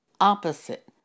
opposite